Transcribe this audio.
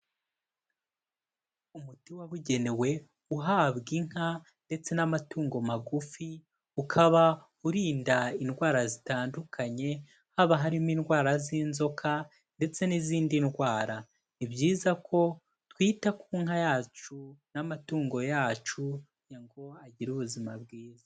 Umuti wabugenewe uhabwa inka ndetse n'amatungo magufi, ukaba urinda indwara zitandukanye, haba harimo indwara z'inzoka ndetse n'izindi ndwara; ni byiza ko twita ku nka yacu n'amatungo yacu, kugira ngo agire ubuzima bwiza.